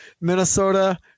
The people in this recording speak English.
Minnesota